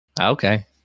Okay